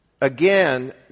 again